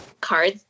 cards